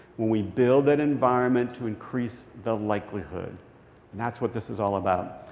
when we build that environment to increase the likelihood. and that's what this is all about.